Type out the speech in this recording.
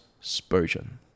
Spurgeon